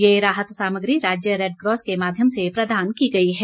यह राहत सामग्री राज्य रेडक्रॉस के माध्यम से प्रदान की गई है